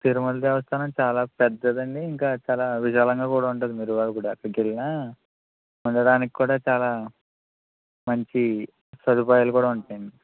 తిరుమల దేవస్థానం చాలా పెద్దది అండి ఇంకా చాలా విశాలంగా కూడా ఉంటుంది మీరు వెళ్ళినా ఉండడానికి కూడా చాలా మంచి సదుపాయాలు కూడా ఉంటాయండి